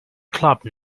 clubbed